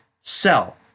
sell